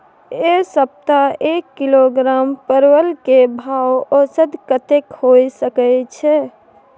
ऐ सप्ताह एक किलोग्राम परवल के भाव औसत कतेक होय सके छै?